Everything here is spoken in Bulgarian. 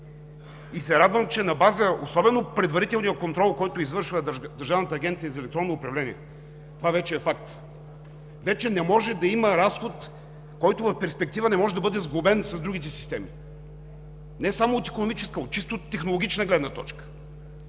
се, че особено на база на предварителния контрол, който извършва Държавната агенция за електронно управление – това вече е факт, вече не може да има разход, който в перспектива не може да бъде сглобен с другите системи не само от икономическа, а от чисто технологична гледна точка.